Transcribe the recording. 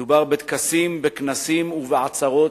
מדובר בטקסים, בכנסים ובעצרות,